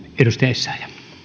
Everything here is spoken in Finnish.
arvoisa puhemies